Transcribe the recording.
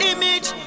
Image